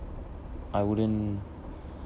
I wouldn't